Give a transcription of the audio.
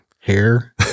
hair